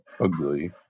ugly